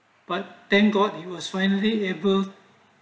but thank god he was finally able